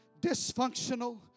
dysfunctional